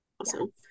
awesome